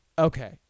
Okay